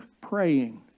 praying